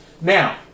Now